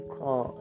call